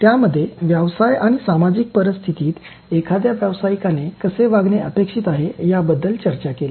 त्यामध्ये व्यवसाय आणि सामाजिक परिस्थितीत एखाद्या व्यावसायिकाने कसे वागणे अपेक्षित आहे याबद्दल चर्चा केली